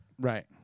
Right